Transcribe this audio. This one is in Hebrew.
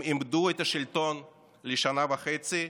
הם איבדו את השלטון לשנה וחצי,